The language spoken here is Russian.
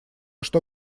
что